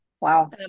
Wow